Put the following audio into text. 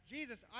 Jesus